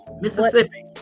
Mississippi